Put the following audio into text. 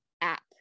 app